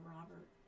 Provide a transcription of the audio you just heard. Robert